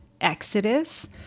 exodus